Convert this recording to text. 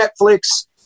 Netflix